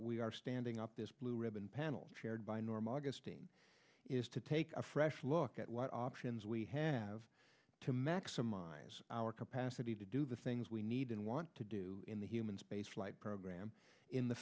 we are standing up this blue ribbon panel chaired by norm augustine is to take a fresh look at what options we have to maximize our capacity to do the things we need and want to do in the human space flight program in the